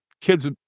kids